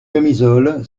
camisole